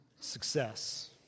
success